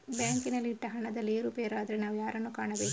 ಬ್ಯಾಂಕಿನಲ್ಲಿ ಇಟ್ಟ ಹಣದಲ್ಲಿ ಏರುಪೇರಾದರೆ ನಾವು ಯಾರನ್ನು ಕಾಣಬೇಕು?